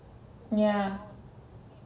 yeah